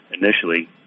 initially